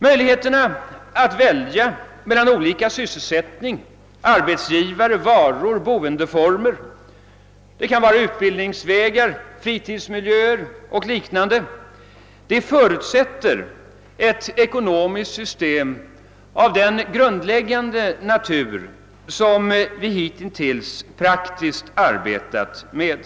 Möjligheterna att välja sysselsättning, arbetsgivare, varor, boendeformer, utbildningsvägar, fritidsmiljö och liknande förutsätter ett ekonomiskt system av den grundläggande natur som vi hittills har arbetat praktiskt med.